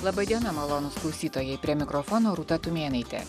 laba diena malonūs klausytojai prie mikrofono rūta tumėnaitė